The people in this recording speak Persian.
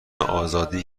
آزادی